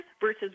versus